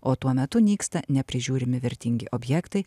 o tuo metu nyksta neprižiūrimi vertingi objektai